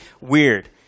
weird